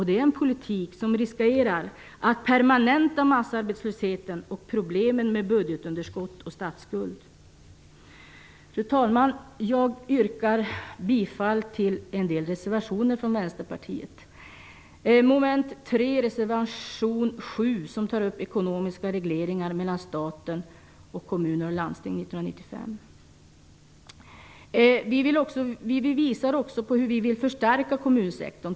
Det är en politik som riskerar att permanenta massarbetslösheten och problemen med budgetunderskott och statsskuld. Fru talman! Jag yrkar bifall till en del reservationer från Vänsterpartiet. Mom. 3 i reservation 7 tar upp ekonomiska regleringar mellan staten och kommuner och landsting år 1995. Vi visar också på hur vi vill förstärka kommunsektorn.